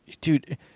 dude